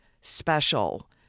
special